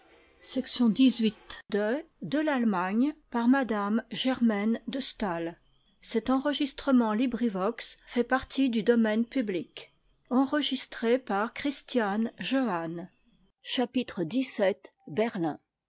de m de